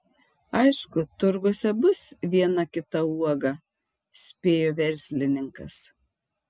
aišku turguose bus viena kita uoga spėjo verslininkas